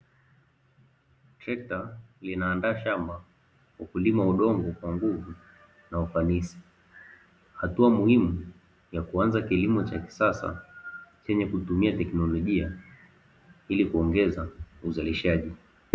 Trekta linaandaa shamba na kulima udongo kwa nguvu na ufanisi, hatua muhimu ya kuanza kilimo cha kisasa chenye kutumia teknolojia ili kuongeza uzalishaji.